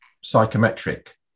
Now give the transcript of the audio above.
psychometric